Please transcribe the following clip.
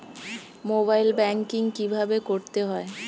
Mobile banking কীভাবে করতে হয়?